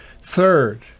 Third